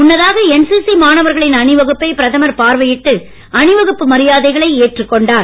முன்னதாக என்சிசி மாணவர்களின் அணிவகுப்பை பிரதமர் பார்வையிட்டு அணிவகுப்பு மரியாதைகளை ஏற்றுக் கொண்டார்